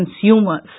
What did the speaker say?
consumers